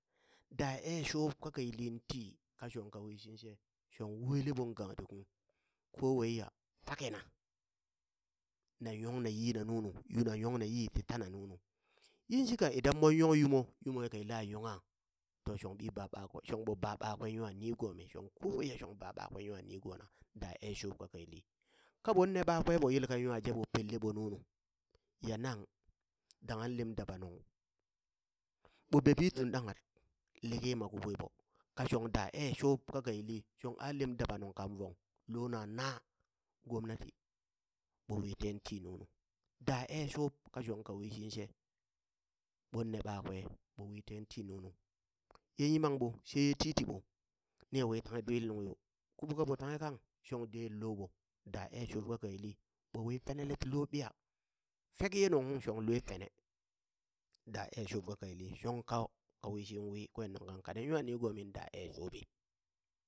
Daa ee shuub kaka yilin tii ka shonka wishin she shong wele ɓoŋ gangdi uŋ kowaiya takina! na yongna yiina nunu, yuna yongna yii ti tana nunu, yinshika idan mon yong yumo yumoe ka yila yongha to shong ɓi ban ɓakw shong ɓo ba ɓakwe nwa nigomi, shong kowaiya shong ba ɓakwe nwa nigona daa ee shuub kaka yili, kaɓoŋ ne ɓakwenɓo yel kaŋ nwa jeɓo pelleɓo nunu, ya nang danghan lem daba nuŋ ɓo bebi tun ɗanghat liki ma kiɓweɓo ka shong daa ee shuub kaka yili shong a lem dabanung kaŋ vong lona naa gomnati, ɓowi tenti nunu, daa ee shuub kashong ka wishin she, ɓonne ɓakwe ɓowi tenti nunu ye yimang ɓo she titiɓo nii wii tanghe dwili nuŋ yo, ku ɓo ka ɓo tanghe kang shon deŋ lomo daa ee shuub kaka yili ɓowi penele ti lo ɓiya fek ye nunghung shong lue pene, daa ee shuub kaka yili shong kau ka wishiŋ wii kwen nuŋ kane nwa nigomi daa ee shuubi.